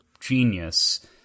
genius